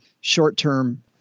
short-term